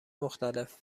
مختلف